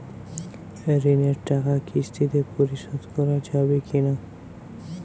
ঋণের টাকা কিস্তিতে পরিশোধ করা যাবে কি না?